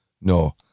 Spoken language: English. No